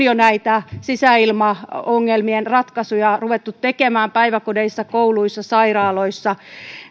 jo näitä sisäilmaongelmien ratkaisuja ruvettu tekemään päiväkodeissa kouluissa sairaaloissa